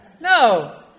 No